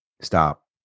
Stop